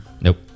Nope